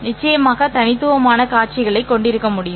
நிச்சயமாக தனித்துவமான காட்சிகளைக் கொண்டிருக்க முடியும்